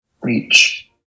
reach